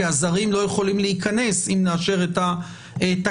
כי הזרים לא יכולים להיכנס אם נאשר את התקנות,